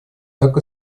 так